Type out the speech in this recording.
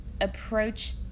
approach